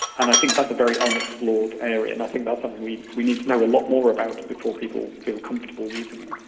and i think that's a very unexplored area and i think that's something we we need to know a lot more about before people feel comfortable using it.